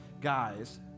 guys